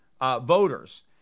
voters